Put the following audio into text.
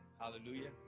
Hallelujah